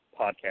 podcast